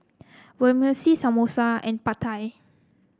Vermicelli Samosa and Pad Thai